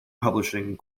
publishing